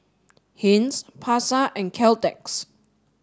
Heinz Pasar and Caltex